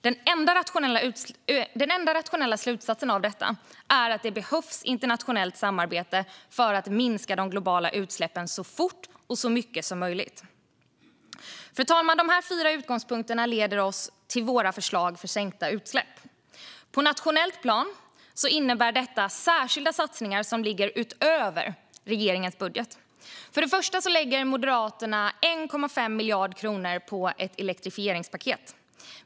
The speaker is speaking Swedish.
Den enda rationella slutsatsen av detta är att det behövs internationellt samarbete för att minska de globala utsläppen så fort och så mycket som möjligt. Fru talman! Dessa fyra utgångspunkter leder oss till våra förslag för sänkta utsläpp. På ett nationellt plan innebär detta särskilda satsningar som går utöver regeringens budget. För det första lägger Moderaterna 1,5 miljarder kronor på ett elektrifieringspaket.